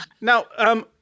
Now